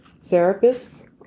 therapists